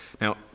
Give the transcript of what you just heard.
Now